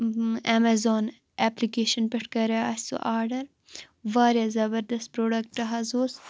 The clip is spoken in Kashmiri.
ایٚمزان ایٚپلِکیشَن پٮ۪ٹھ کَریٚو اسہِ سُہ آرڈَر واریاہ زبردَست پرٛوڈَکٹ حظ اوس